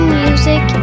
music